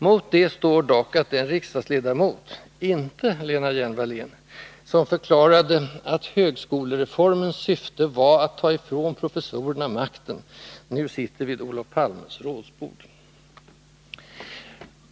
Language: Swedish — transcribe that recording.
Mot detta står dock att den riksdagsledamot — inte Lena Hjelm-Wallén — som förklarade att ”högskolereformens” syfte var ”att ta ifrån professorerna makten” nu sitter vid Olof Palmes rådsbord.